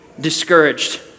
discouraged